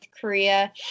Korea